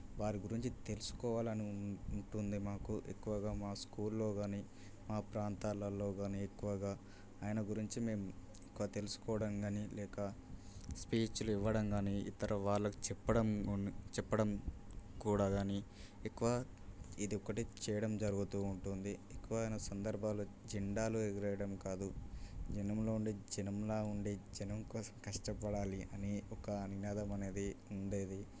వారి గురించి తెలుసుకోవాలని ఉంటుంది మాకు ఎక్కువగా మా స్కూల్లో గాని మా ప్రాంతాలలో గానీ ఎక్కువగా ఆయన గురించి మేము ఎక్కువ తెలుసుకోవడం గానీ లేక స్పీచ్లు ఇవ్వడం గానీ ఇతర వాళ్ళకు చెప్పడం చెప్పడం కూడా గానీ ఎక్కువ ఇది ఒకటే చేయడం జరుగుతూ ఉంటుంది ఎక్కువైన సందర్భాలు జెండాలు ఎగరేయడం కాదు జనంలో ఉన్న జనంలా ఉండి జనం కోసం కష్టపడాలి అని ఒక నినాదం అనేది ఉండేది